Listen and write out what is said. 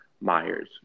Myers